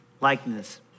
likeness